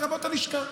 לרבות הלשכה.